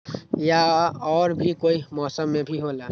या और भी कोई मौसम मे भी होला?